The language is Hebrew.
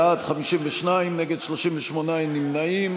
בעד, 52, נגד, 8, אין נמנעים.